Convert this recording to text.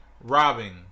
robbing